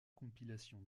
compilations